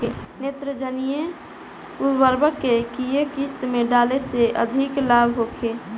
नेत्रजनीय उर्वरक के केय किस्त में डाले से अधिक लाभ होखे?